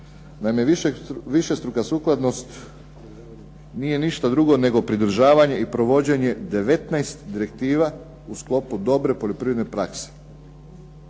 Naime, višestruka sukladnost nije ništa drugo nego pridržavanje i provođenje 19 direktiva u sklopu dobre poljoprivredne prakse.